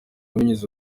binyuze